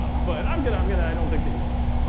but i'm good, i'm gonna i don't think that you are